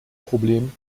problem